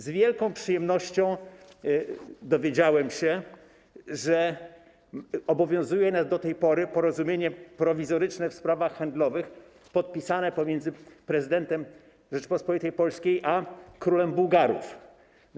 Z wielką przyjemnością dowiedziałem się, że obowiązuje nas do tej pory Porozumienie Prowizoryczne w sprawach handlowych podpisane, zawarte pomiędzy prezydentem Rzeczypospolitej Polskiej a królem Bułgarów.